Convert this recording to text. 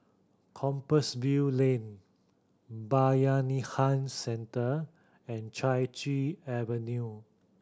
Compassvale Lane Bayanihan Centre and Chai Chee Avenue